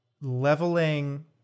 leveling